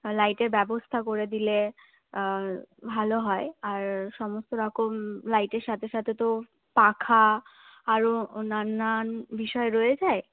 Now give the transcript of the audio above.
লাইটের ব্যবস্থা করে দিলে ভালো হয় আর সমস্ত রকম লাইটের সাথে সাথে তো পাখা আরও নানান বিষয় রয়ে যায়